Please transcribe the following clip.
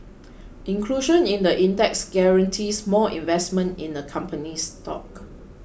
inclusion in the index guarantees more investment in the company's stock